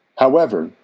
however,